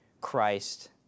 Christ